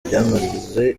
byamaze